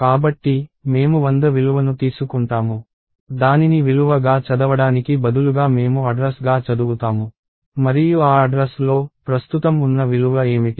కాబట్టి మేము 100 విలువను తీసుకుంటాము దానిని విలువ గా చదవడానికి బదులుగా మేము అడ్రస్ గా చదువుతాము మరియు ఆ అడ్రస్ లో ప్రస్తుతం ఉన్న విలువ ఏమిటి